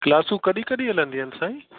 क्लासूं कॾहिं कॾहिं हलंदियूं आहिनि साईं